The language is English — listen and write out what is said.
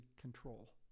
control